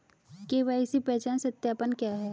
KYC पहचान सत्यापन क्या है?